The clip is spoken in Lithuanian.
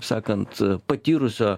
sakant patyrusio